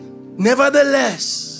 Nevertheless